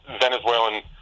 Venezuelan